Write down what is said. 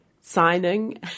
signing